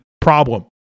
problem